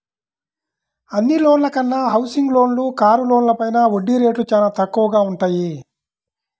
అన్ని లోన్ల కన్నా హౌసింగ్ లోన్లు, కారు లోన్లపైన వడ్డీ రేట్లు చానా తక్కువగా వుంటయ్యి